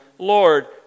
Lord